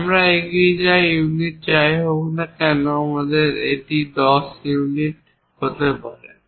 আমরা এগিয়ে যাই ইউনিট যাই হোক না কেন এটি 10 ইউনিট হতে পারে